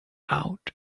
out